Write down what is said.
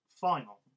final